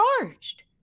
charged